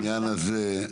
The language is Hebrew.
עניין הזה.